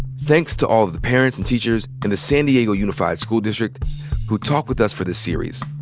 thanks to all the parents and teachers in the san diego unified school district who talked with us for the series.